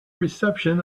reception